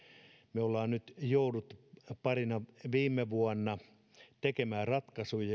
me olemme nyt joutuneet parina viime vuonna tekemään ratkaisuja